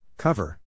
Cover